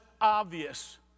obvious